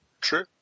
True